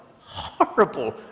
horrible